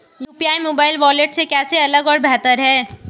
UPI mobile wallet से कैसे अलग और बेहतर है?